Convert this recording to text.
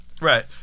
Right